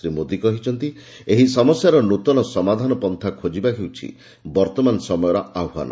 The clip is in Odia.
ଶ୍ରୀ ମୋଦୀ କହିଛନ୍ତି ଏହି ସମସ୍ୟାର ନୃତନ ସମାଧାନ ପନ୍ଥା ଖୋଜିବା ହେଉଛି ବର୍ତମାନ ସମୟର ଆହ୍ୱାନ